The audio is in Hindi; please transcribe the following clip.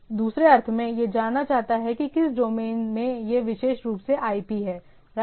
दूसरे अर्थ में यह जानना चाहता है कि किस डोमेन में यह विशेष रूप से IP है राइट